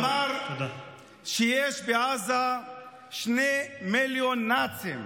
אמר שיש בעזה שני מיליון נאצים,